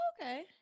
Okay